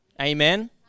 Amen